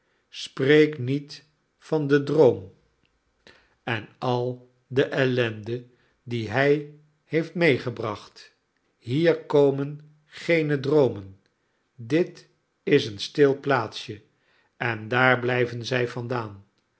spreek niet van den droom en al de ellende die hij heeft meegebracht hier komen geene droomen dit is een stil plaatsje en daar blijven zij vandaan